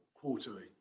quarterly